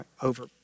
over